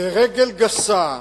ברגל גסה,